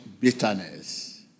bitterness